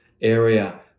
area